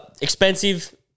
expensive